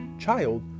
child